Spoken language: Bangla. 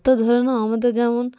তো ধরে নাও আমাদের যেমন